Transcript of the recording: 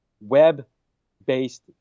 web-based